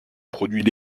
produits